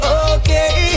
okay